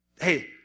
Hey